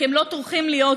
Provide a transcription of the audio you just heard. כי הם לא טורחים להיות פה.